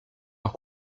leur